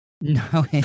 No